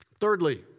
Thirdly